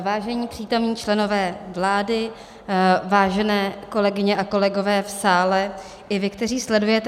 Vážení přítomní členové vlády, vážené kolegyně a kolegové v sále i vy, kteří sledujete.